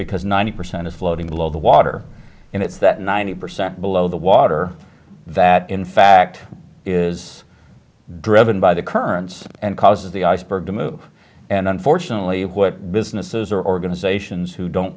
because ninety percent is floating below the water and it's that ninety percent below the water that in fact is driven by the currents and causes the iceberg to move and unfortunately what businesses are organizations who don't